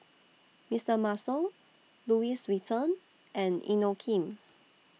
Mister Muscle Louis Vuitton and Inokim